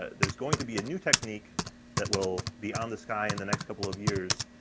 there's going to be a new technique that will be on the sky in the next couple of years,